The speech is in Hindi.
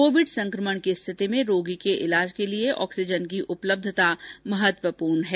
कोविड संक्रमण की स्थिति में रोगी के इलाज के लिए ऑक्सीजन की उपलब्धता महत्वपूर्ण है